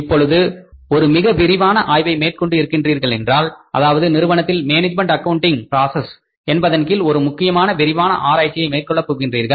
இப்பொழுது ஒரு மிக விரிவான ஆய்வை மேற்கொண்டு இருக்கிறீர்களென்றால் அதாவது நிறுவனத்தில் மேனேஜ்மெண்ட் அக்கவுண்டிங் பிராசஸ் என்பதன் கீழ் ஒரு மிக விரிவான ஆராய்ச்சியை மேற்கொள்ள போகின்றீர்கள்